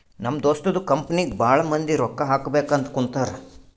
ನಮ್ ದೋಸ್ತದು ಕಂಪನಿಗ್ ಭಾಳ ಮಂದಿ ರೊಕ್ಕಾ ಹಾಕಬೇಕ್ ಅಂತ್ ಕುಂತಾರ್